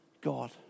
God